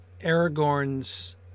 Aragorn's